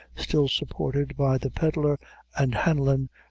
still supported by the pedlar and planlon,